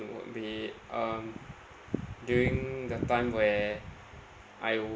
would be um during the time where I